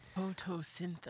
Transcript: Photosynthesis